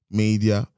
media